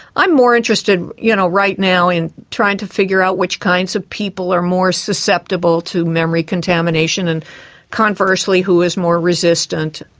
i'm more interested you know right now in trying to figure out which kinds of people are more susceptible to memory contamination, and conversely who is more resistant.